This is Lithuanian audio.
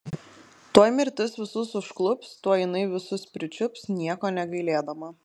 tuoj mirtis visus užklups tuoj jinai visus pričiups nieko negailėdama